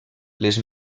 les